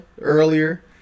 earlier